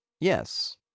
Yes